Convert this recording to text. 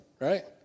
right